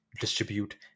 distribute